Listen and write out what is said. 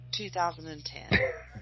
2010